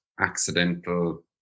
accidental